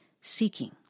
seeking